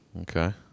Okay